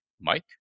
Mike